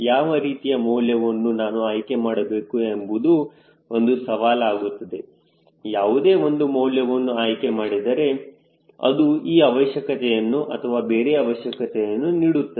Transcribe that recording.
ಯಾವ ರೀತಿಯ ಮೌಲ್ಯವನ್ನು ನಾನು ಆಯ್ಕೆ ಮಾಡಬೇಕು ಎಂಬುದು ಒಂದು ಸವಾಲು ಆಗುತ್ತದೆ ಯಾವುದೇ ಒಂದು ಮೌಲ್ಯವನ್ನು ಆಯ್ಕೆ ಮಾಡಿದರೆ ಅದು ಈ ಅವಶ್ಯಕತೆಯನ್ನು ಅಥವಾ ಬೇರೆ ಅವಶ್ಯಕತೆಯನ್ನು ನೀಡುತ್ತದೆ